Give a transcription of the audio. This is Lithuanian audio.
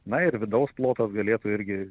na ir vidaus plotas galėtų irgi